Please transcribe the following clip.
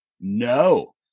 No